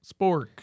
spork